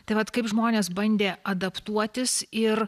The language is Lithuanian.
tai vat kaip žmonės bandė adaptuotis ir